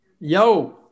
Yo